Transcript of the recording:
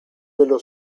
dello